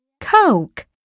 Coke